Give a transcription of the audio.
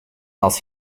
als